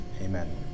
amen